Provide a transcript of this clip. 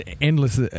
endless